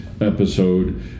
episode